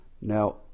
now